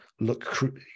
look